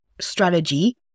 strategy